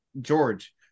George